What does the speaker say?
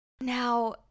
Now